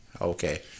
okay